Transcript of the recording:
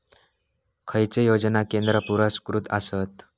खैचे योजना केंद्र पुरस्कृत आसत?